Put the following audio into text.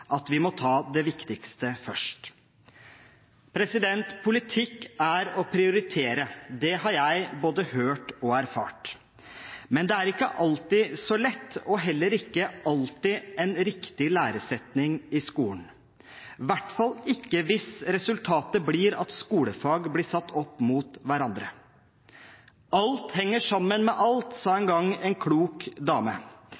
at vi må ta det viktigste først. Politikk er å prioritere. Det har jeg både hørt og erfart. Men det er ikke alltid så lett og heller ikke alltid en riktig læresetning i skolen, i hvert fall ikke hvis resultatet blir at skolefag blir satt opp mot hverandre. Alt henger sammen med alt, sa en gang en klok dame.